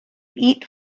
eat